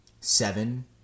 Seven